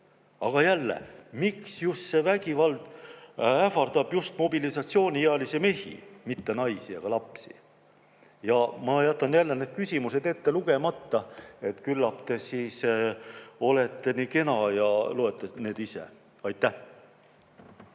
Aga jälle, miks see vägivald ähvardab just mobilisatsiooniealisi mehi, mitte naisi ega lapsi? Ja ma jätan jälle need küsimused ette lugemata. Küllap te olete nii kena ja loete need ise ette. Aitäh!